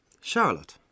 Charlotte